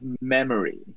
Memory